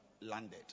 landed